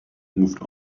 moved